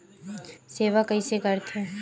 सेवा कइसे करथे?